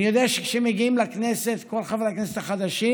אני יודע שכשמגיעים לכנסת, כל חברי הכנסת החדשים,